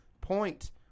point